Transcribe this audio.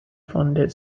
funded